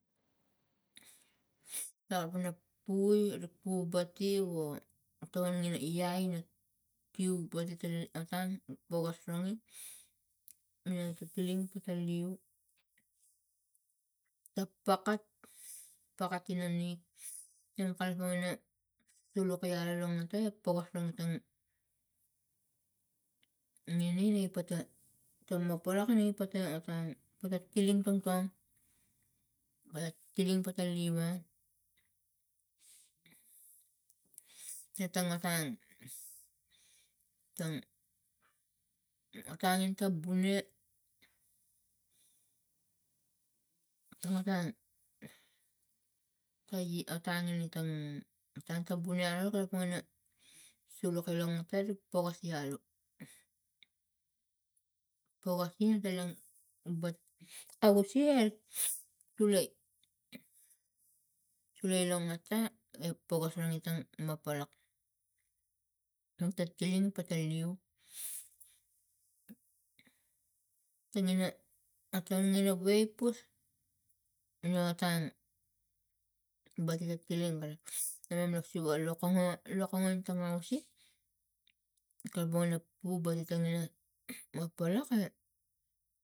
Na kalapang pui arik poubati wo tokon ina iai na peubati etang pokos rangit minang ta ti leu ta pakat pakat ina nik nem kalapang ina sulukai alolong a pe pokos lo matang ngini mi pata tama ppolak inipata etang pata tiling tongtong bat tiling pata ne wa na tango tang tang otang tabuna tongatang ta e otang ina tan ta bune alu kalapang na alupe i pokas alu pokasi talang bat aluse sule sulai lo ngata e pokas ra ngitan lo palak nongta tiling pata leu tingina atang ina waipus ina otang batla tiling imam lo siva lokongo lokongo itang ausik kalapan ina pu batitang ina wakpolake.